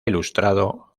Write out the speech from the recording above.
ilustrado